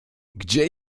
gdzie